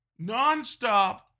nonstop